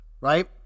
right